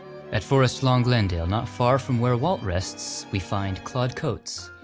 at forest lawn glendale, not far from where walt rests, we find claude coats.